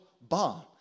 bomb